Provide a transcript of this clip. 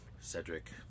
Cedric